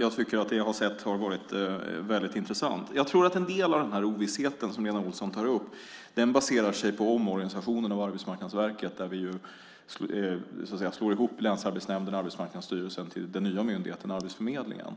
Jag tycker att det jag har sett har varit väldigt intressant. Jag tror att en del av den ovisshet som Lena Olsson tar upp baserar sig på omorganisationen av Arbetsmarknadsverket, där vi slår ihop länsarbetsnämnderna och Arbetsmarknadsstyrelsen till den nya myndigheten Arbetsförmedlingen.